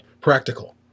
practical